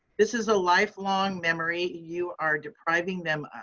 this is a lifelong memory you are depriving them of.